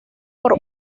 por